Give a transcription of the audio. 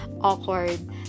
awkward